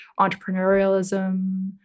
entrepreneurialism